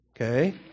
Okay